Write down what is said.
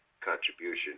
contribution